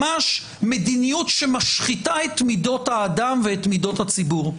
ממש מדיניות שמשחיתה את מידות האדם ואת מידות הציבור.